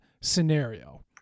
scenario